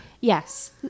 Yes